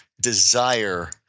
desire